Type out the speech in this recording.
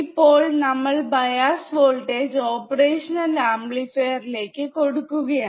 ഇപ്പോൾ നമ്മൾ bias voltage operation ആംപ്ലിഫയർലേക്ക് കൊടുക്കുകയാണ്